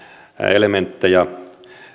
elementtejä